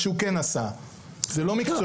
מה שהוא כן עשה זה לא מקצועי.